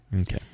Okay